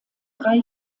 drei